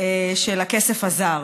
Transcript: של הכסף הזר.